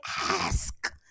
Ask